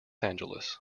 angeles